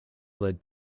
led